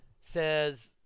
says